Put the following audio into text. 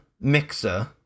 Mixer